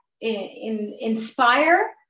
inspire